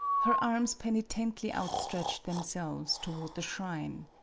her arms penitently outstretched themselves toward the shrine.